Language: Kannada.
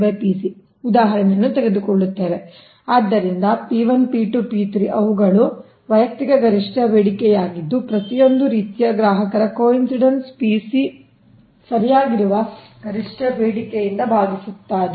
ಆದ್ದರಿಂದ P1 P2 P3 ಅವುಗಳು ವೈಯಕ್ತಿಕ ಗರಿಷ್ಠ ಬೇಡಿಕೆಯಾಗಿದ್ದು ಪ್ರತಿಯೊಂದು ರೀತಿಯ ಗ್ರಾಹಕರು ಕೋಇನ್ಸಿಡೆನ್ಸ್ Pc ಸರಿಯಾಗಿರುವ ಗರಿಷ್ಠ ಬೇಡಿಕೆಯಿಂದ ಭಾಗಿಸುತ್ತಾರೆ